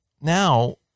now